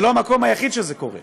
זה לא המקום היחיד שזה קורה,